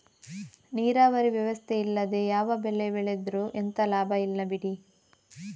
ನೀರಾವರಿ ವ್ಯವಸ್ಥೆ ಇಲ್ಲದೆ ಯಾವ ಬೆಳೆ ಬೆಳೆದ್ರೂ ಎಂತ ಲಾಭ ಇಲ್ಲ ಬಿಡಿ